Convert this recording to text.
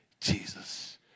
Jesus